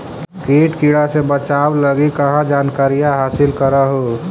किट किड़ा से बचाब लगी कहा जानकारीया हासिल कर हू?